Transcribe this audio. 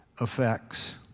effects